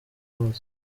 wose